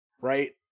Right